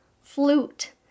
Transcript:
flute